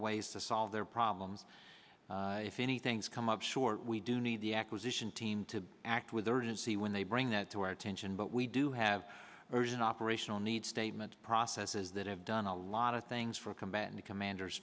ways to solve their problems if anything's come up short we do need the acquisition team to act with urgency when they bring that to our attention but we do have an operational need statement processes that have done a lot of things for combatant commanders